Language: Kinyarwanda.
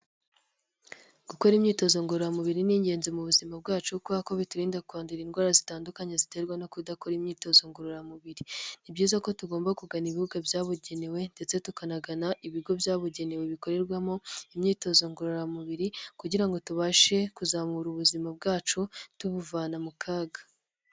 Gukora imyitozo ngororamubiri ni ingenzi mu buzima bwacu kubera ko biturinda kwandura indwara zitandukanye ziterwa no kudakora imyitozo ngororamubiri. Ni byiza ko tugomba kugana ibibuga byabugenewe ndetse tukanagana ibigo byabugenewe bikorerwamo imyitozo ngororamubiri, kugira ngo tubashe kuzamura ubuzima bwacu tubuvana mu kaga.